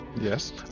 Yes